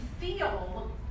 feel